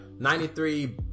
93